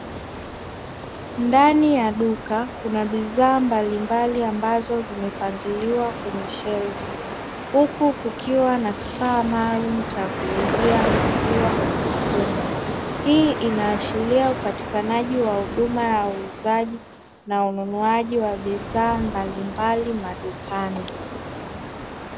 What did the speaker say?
Ndani ya duka Kuna bidhaa mbalimbali ambazo zimepangiliwa kwenye shelfu, huku kukiwa na kifaa maalumu cha kuuzia maziwa humo. Hii inaashiria upatikanaji wa huduma ya uuzaji na ununuaji wa bidhaa mbalimbali madukani.